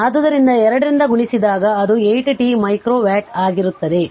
ಆದ್ದರಿಂದ 2 ರಿಂದ ಗುಣಿಸಿದಾಗ ಅದು 8 t ಮೈಕ್ರೋ ವ್ಯಾಟ್ ಆಗಿರುತ್ತದೆ